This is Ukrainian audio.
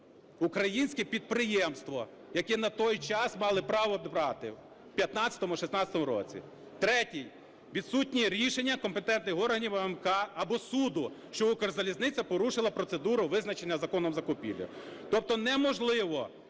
українське підприємства, яке на той час мало право брати в 2015-2016 роках. Третій: відсутні рішення компетентних органів АМК або суду, що "Укрзалізниця" порушила процедуру, визначену законом, закупівель. Тобто неможливо